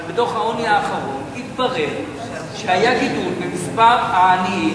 בדוח העוני האחרון התברר שהיה גידול במספר העניים